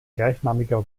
gleichnamiger